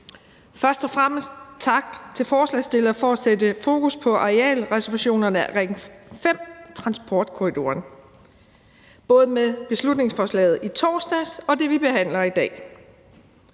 Først og fremmest tak til forslagsstillerne for at sætte fokus på arealreservationerne af Ring 5-transportkorridoren både med beslutningsforslaget i torsdags og det, vi behandler i dag.